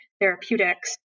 therapeutics